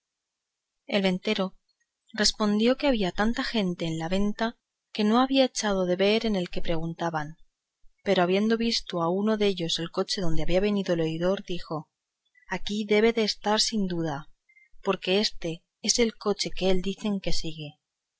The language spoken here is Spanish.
el ventero respondió que había tanta gente en la venta que no había echado de ver en el que preguntaban pero habiendo visto uno dellos el coche donde había venido el oidor dijo aquí debe de estar sin duda porque éste es el coche que él dicen que sigue